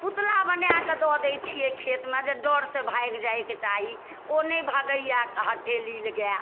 पुतला बना कए दऽ दै छियै खेतमे जे डरसँ भागि जाइके चाही ओइ नहि भागैए हट्ठे नील गाय